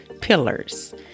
pillars